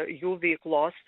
jų veiklos